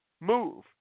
move